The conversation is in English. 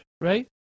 Right